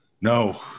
No